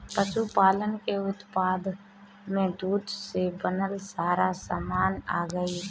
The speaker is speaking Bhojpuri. पशुपालन के उत्पाद में दूध से बनल सारा सामान आ जाई